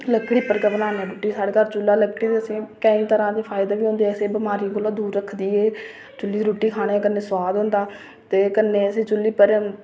लकड़ी पर गै बनाने साढ़े घर चु'ल्ल लकड़ी दा ते केईं तरह दे फायदे बी होंदे केईं बमारी कोला दूर रक्खदी एह् चु'ल्ली दी रुट्टी खानै गी कन्नै सोआद होंदा ते कन्नै असें ई चु'ल्ली पर